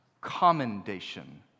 Commendation